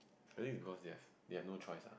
I think it's because they have they have no choice ah